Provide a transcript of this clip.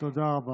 תודה רבה.